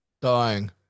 Dying